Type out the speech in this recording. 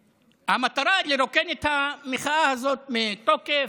המטרה היא לרוקן את המחאה הזאת מתוכן,